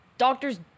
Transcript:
Doctors